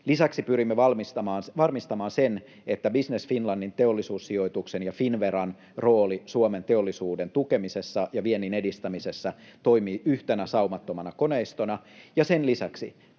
Lisäksi pyrimme varmistamaan sen, että Business Finlandin, Teollisuussijoituksen ja Finnveran roolit Suomen teollisuuden tukemisessa ja viennin edistämisessä toimivat yhtenä saumattomana koneistona. Ja sen lisäksi